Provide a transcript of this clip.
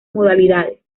modalidades